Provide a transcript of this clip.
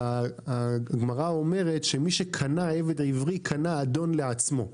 הגמרא אומרת שמי שקנה עבד עברי, קנה אדון לעצמו.